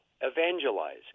evangelize